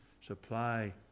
supply